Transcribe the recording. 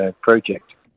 project